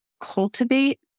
cultivate